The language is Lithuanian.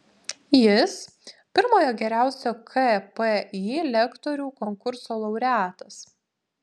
jis pirmojo geriausio kpi lektorių konkurso laureatas